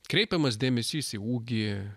kreipiamas dėmesys į ūgį